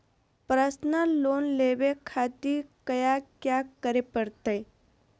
Personal loan लेवे खातिर कया क्या करे पड़तइ?